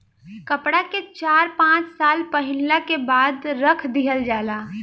कपड़ा के चार पाँच साल पहिनला के बाद रख दिहल जाला